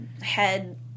head